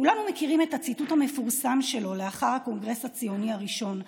כולנו מכירים את הציטוט המפורסם שלו לאחר הקונגרס הציוני הראשון,